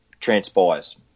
transpires